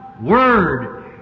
word